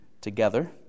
together